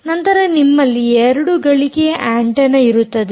ನಂತರ ನಿಮ್ಮಲ್ಲಿ 2 ಗಳಿಕೆಯ ಆಂಟೆನ್ನಇರುತ್ತದೆ